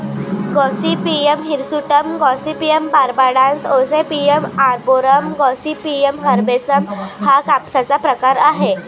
Gossypium hirsutum, Gossypium barbadense, Gossypium arboreum, Gossypium herbaceum हा कापसाचा प्रकार आहे